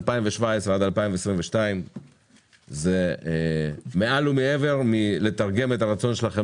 מ-2017 עד 2022 זה מעל ומעבר לתרגם את הרצון שלכם